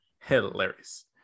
hilarious